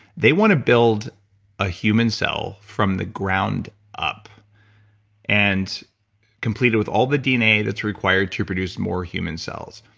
they want to build a human cell from the ground up and complete with all the dna that's required to produce more human cells.